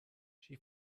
she